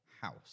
house